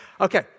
Okay